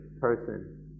person